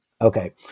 Okay